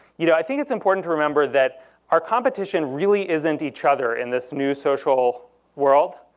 you know i think it's important to remember that our competition really isn't each other in this new social world.